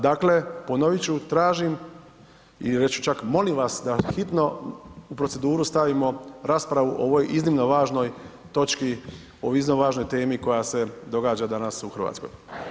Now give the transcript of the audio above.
Dakle, ponovit ću, tražim i reći ću čak, molim vas, da hitno u proceduru stavimo raspravu o ovoj iznimno važnoj točki o iznimno važnoj temi koja se događa danas u Hrvatskoj.